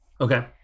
okay